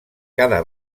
cada